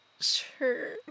sure